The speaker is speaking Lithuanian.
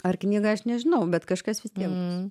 ar knyga aš nežinau bet kažkas vis tiek bus